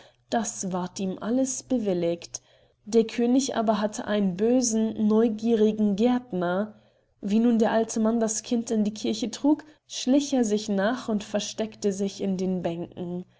das ward ihm alles bewilligt der könig aber hatte einen bösen neugierigen gärtner wie nun der alte mann das kind in die kirche trug schlich er sich nach und versteckte sich in den bänken